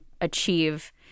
achieve